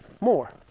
more